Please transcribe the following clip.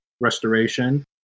restoration